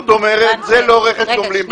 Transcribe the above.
זאת אומרת, זה לא רכש גומלין.